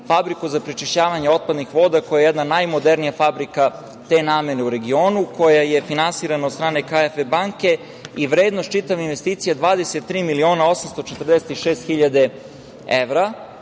fabriku za prečišćavanje otpadnih voda, koja je jedna najmodernija fabrika te namene u regionu, koja je finansirana od strane KFW banke i vrednost čitave investicije je 23 miliona 846 hiljada evra.